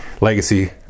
Legacy